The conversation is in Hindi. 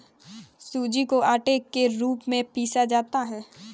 सूजी को आटे के रूप में पीसा जाता है